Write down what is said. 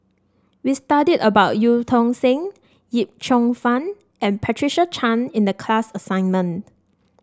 we studied about Eu Tong Sen Yip Cheong Fun and Patricia Chan in the class assignment